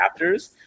adapters